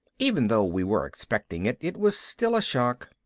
even though we were expecting it, it was still a shock.